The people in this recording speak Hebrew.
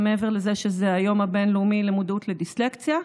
מעבר לזה שזה היום הבין-לאומי למודעות לדיסלקציה?